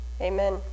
Amen